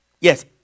Yes